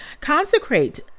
Consecrate